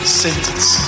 sentence